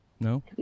No